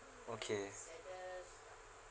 okay